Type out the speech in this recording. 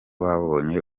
babonye